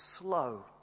slow